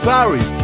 Barry